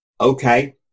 Okay